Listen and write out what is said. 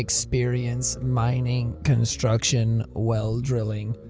experience mining, construction, well drilling.